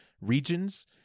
regions